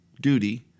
duty